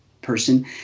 Person